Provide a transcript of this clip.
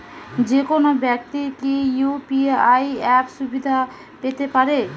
যেকোনো ব্যাক্তি কি ইউ.পি.আই অ্যাপ সুবিধা পেতে পারে?